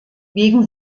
wegen